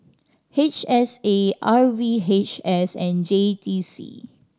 H S A R V H S and J T C